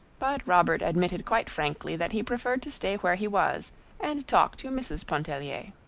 but robert admitted quite frankly that he preferred to stay where he was and talk to mrs. pontellier.